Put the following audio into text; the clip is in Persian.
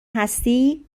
هستی